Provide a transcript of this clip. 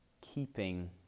keeping